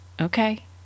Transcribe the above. Okay